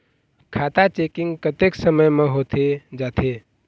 खाता चेकिंग कतेक समय म होथे जाथे?